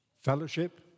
fellowship